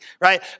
right